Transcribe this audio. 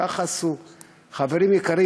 חברים יקרים,